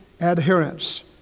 adherence